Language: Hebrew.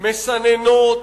מסננות,